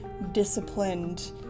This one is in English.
disciplined